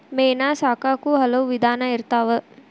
ಮೇನಾ ಸಾಕಾಕು ಹಲವು ವಿಧಾನಾ ಇರ್ತಾವ